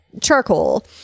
charcoal